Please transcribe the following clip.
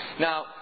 now